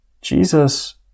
Jesus